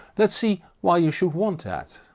let's see why you should want that.